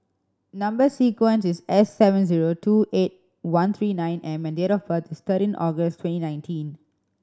number sequence is S seven zero two eight one three nine M and date of birth is thirteen August twenty nineteen